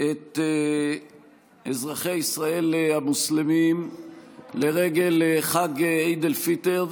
את אזרחי ישראל המוסלמים לרגל חג עיד אל-פיטר.